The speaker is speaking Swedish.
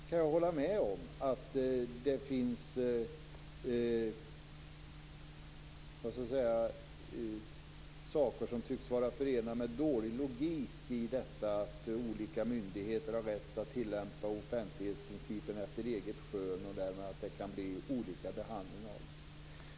Jag kan hålla med om att det finns saker som tycks vara förenade med dålig logik, i och med detta att olika myndigheter har rätt att tillämpa offentlighetsprincipen efter eget skön och det därmed kan bli olika behandling.